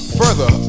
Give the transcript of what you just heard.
further